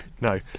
no